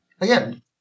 Again